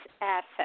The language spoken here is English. assets